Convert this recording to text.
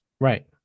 Right